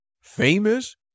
famous